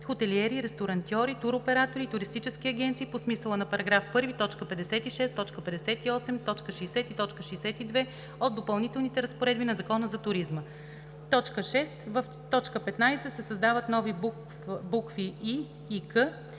от допълнителните разпоредби на Закона за туризма.“ 6. В т. 15 се създават нови букви „и“